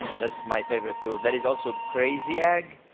that's my favourite tool. there is also crazy egg,